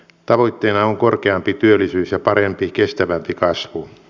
tavoitteena on korkeampi työllisyys ja parempi kestävämpi kasvu